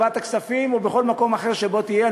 בוועדת הכספים או בכל מקום אחר שבו תהיה,